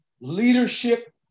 leadership